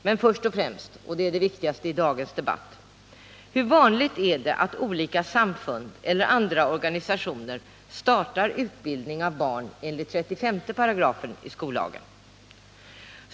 Men först och främst — det är det viktigaste i dagens debatt: Hur vanligt är det att olika samfund eller andra organisationer startar utbildning av barn enligt 35 § skollagen?